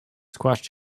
squashed